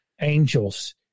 angels